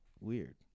weird